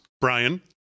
Brian